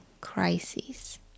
crisis